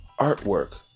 artwork